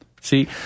See